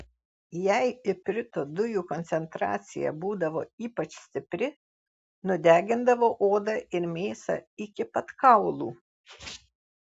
jei iprito dujų koncentracija būdavo ypač stipri nudegindavo odą ir mėsą iki pat kaulų